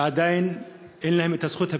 ועדיין אין להם את הזכות הבסיסית.